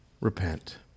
Repent